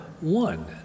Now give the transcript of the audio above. one